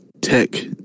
tech